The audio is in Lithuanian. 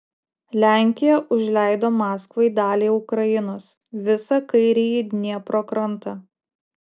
lenkija užleido maskvai dalį ukrainos visą kairįjį dniepro krantą